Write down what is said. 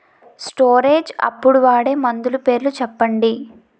Storage అప్పుడు వాడే మందులు పేర్లు చెప్పండీ?